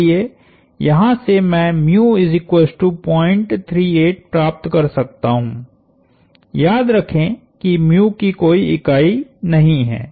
इसलिए यहाँ से मैंप्राप्त कर सकता हूँ याद रखें कि की कोई इकाई नहीं है